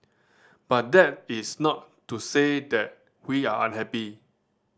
but that is not to say that we are unhappy